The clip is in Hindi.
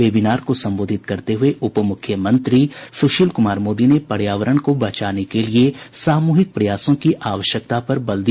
वेबिनार को संबोधित करते हुए उप मुख्यमंत्री सुशील कुमार मोदी ने पर्यावरण को बचाने के लिए सामूहिक प्रयासों की आवश्यकता पर बल दिया